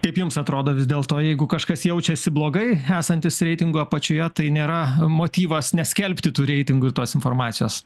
kaip jums atrodo vis dėlto jeigu kažkas jaučiasi blogai esantis reitingų apačioje tai nėra motyvas neskelbti tų reitingų tos informacijos